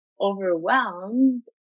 overwhelmed